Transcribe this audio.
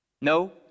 No